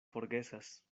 forgesas